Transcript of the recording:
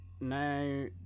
no